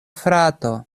frato